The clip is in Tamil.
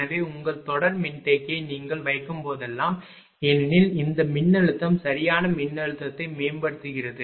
எனவே உங்கள் தொடர் மின்தேக்கியை நீங்கள் வைக்கும்போதெல்லாம் ஏனெனில் அந்த மின்னழுத்தம் சரியான மின்னழுத்தத்தை மேம்படுத்துகிறது